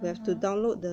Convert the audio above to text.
mmhmm